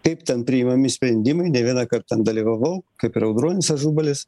kaip ten priimami sprendimai ne vienąkart ten dalyvavau kaip ir audronis ažubalis